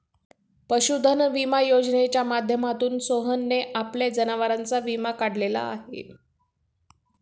पशुधन विमा योजनेच्या माध्यमातून सोहनने आपल्या जनावरांचा विमा काढलेला आहे